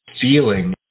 feeling